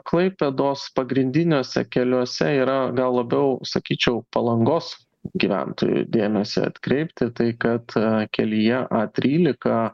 klaipėdos pagrindiniuose keliuose yra gal labiau sakyčiau palangos gyventojų dėmesį atkreipti tai kad kelyje a trylika